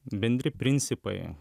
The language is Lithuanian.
bendri principai